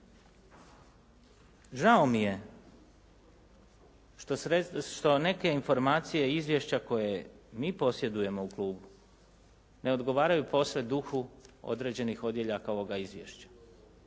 Žao mi je što neke informacije i izvješća koje mi posjedujemo u klubu ne odgovaraju posve duhu određenih odjeljaka ovoga izvješća